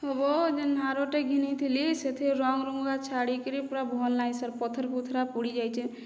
ମୁଁ ବହୁତ ଦିନ ହାରଟେ ଘିନିଥିଲି ସେଥିରେ ରଙ୍ଗ ରୁଙ୍ଗା ଛାଡ଼ିକିରି ପୁରା ଭଲ ନାହିଁ ସେ ପଥର ପୁଥିରା ପୁଡ଼ି ଯାଇଛେ